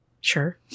sure